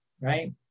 right